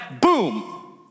boom